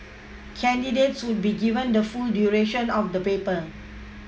candidates would be given the full duration of the paper